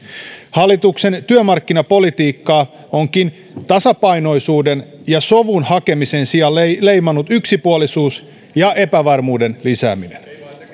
hallituksen työmarkkinapolitiikkaa onkin tasapainoisuuden ja sovun hakemisen sijaan leimannut yksipuolisuus ja epävarmuuden lisääminen